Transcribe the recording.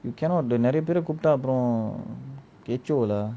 you cannot நிறைய பேரு கூப்ட அப்புறம்:neraiya paera koopta apram get you lah